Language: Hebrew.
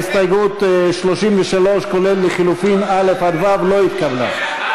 ההסתייגות 33, כולל לחלופין א' עד ו', לא התקבלה.